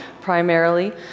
primarily